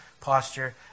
posture